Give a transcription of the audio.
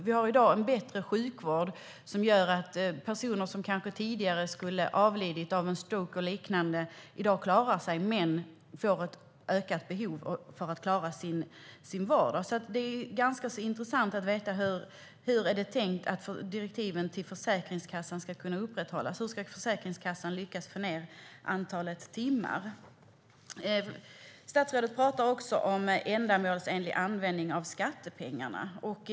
Vi har i dag en bättre sjukvård som gör att personer som kanske tidigare skulle ha avlidit av en stroke eller liknande klarar sig men får ett ökat behov av assistans för att klara sin vardag. Det är ganska intressant att veta: Hur är det tänkt att direktiven till Försäkringskassan ska kunna upprätthållas? Hur ska Försäkringskassan lyckas få ned antalet timmar? Statsrådet pratar också om en ändamålsenlig användning av skattepengarna.